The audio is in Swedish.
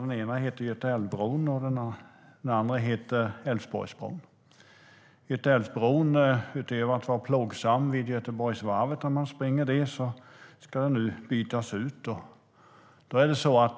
Den ena heter Götaälvbron, och den andra heter Älvsborgsbron.Götaälvbron, som är plågsam när man springer Göteborgsvarvet, ska bytas ut.